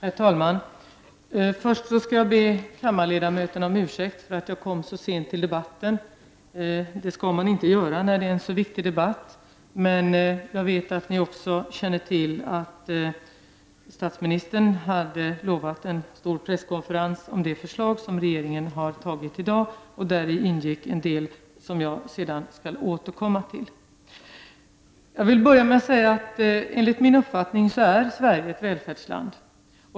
Herr talman! Först skall jag be kammarledamöterna om ursäkt för att jag kom så sent till debatten. Det skall man inte göra när det är en så viktig debatt. Men jag vet att ni också känner till att statsmininstern hade utlovat en stor presskonferens om det förslag som regeringen i dag har framlagt, och däri ingick en del som berörde socialpolitiken och som jag sedan skall återkomma till. Jag vill börja med att säga att Sverige enligt min uppfattning är ett välfärdsland.